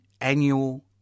annual